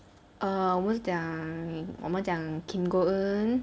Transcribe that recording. uh 我们是讲我们讲 kim go-eun